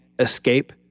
escape